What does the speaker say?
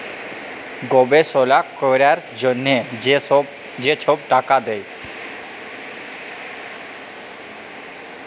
গবেষলা ক্যরার জ্যনহে যে ছব টাকা দেয়